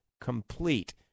Complete